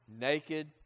naked